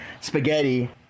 spaghetti